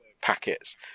packets